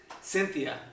Cynthia